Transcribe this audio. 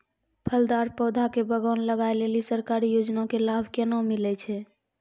फलदार पौधा के बगान लगाय लेली सरकारी योजना के लाभ केना मिलै छै?